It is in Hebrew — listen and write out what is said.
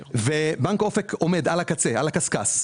בנק אופק עומד על הקצה, על הקשקש.